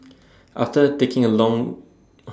after taking A Long Oh My God